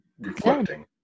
reflecting